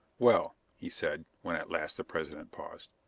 well, he said, when at last the president paused,